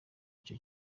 ico